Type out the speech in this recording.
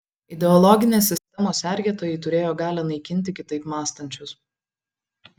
ideologinės sistemos sergėtojai turėjo galią naikinti kitaip mąstančius